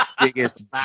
biggest